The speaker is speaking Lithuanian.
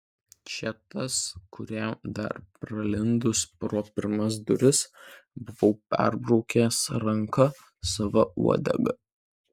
čia tas kuriam dar pralindus pro pirmas duris buvau perbraukęs ranką sava uodega